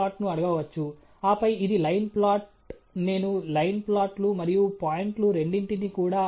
కాబట్టి మనము సరళ మోడల్ తో ప్రారంభిస్తాము మరియు ఇది డైనమిక్ ప్రక్రియ కాబట్టి మనము డైనమిక్స్ మొదటి ఆర్డర్ రెండవ ఆర్డర్ మరియు మొదలైన వాటి క్రమాన్ని ఎన్నుకోవాలి